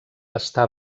està